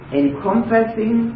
encompassing